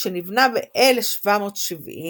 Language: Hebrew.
שנבנה ב-1770